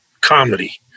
comedy